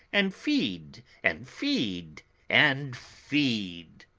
and feed and feed and feed!